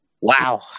Wow